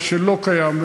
מה שלא קיים,